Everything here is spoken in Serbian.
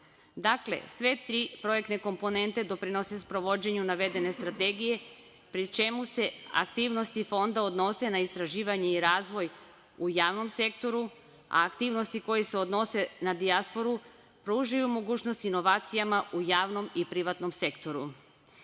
Vlade. Dakle, sve tri projektne komponente doprinose sprovođenju navedene strategije, pri čemu se aktivnosti fonda odnose na istraživanje i razvoj u javnom sektoru, a aktivnosti koje se odnose na dijasporu pružaju mogućnost inovacijama u javnom i privatnom sektoru. Imajući